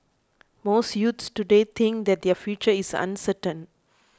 most youths today think that their future is uncertain